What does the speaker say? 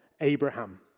Abraham